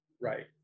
right